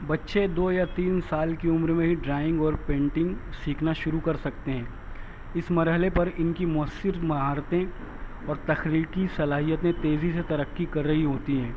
بچے دو یا تین سال کی عمر میں ڈرائنگ اور پینٹنگ سیکھنا شروع کر سکتے ہیں اس مرحلے پر ان کی مؤثر مہارتیں اور تخلیقی صلاحیتیں تیزی سے ترقی کر رہی ہوتی ہیں